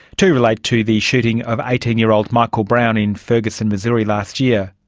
two relate to the shooting of eighteen year old michael brown in ferguson, missouri, last year.